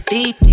Deep